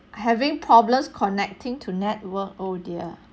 having problems connecting to network oh dear